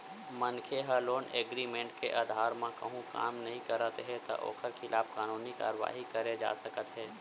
मनखे ह loan agreement के अधार म कहूँ काम नइ करत हे त ओखर खिलाफ कानूनी कारवाही करे जा सकत हे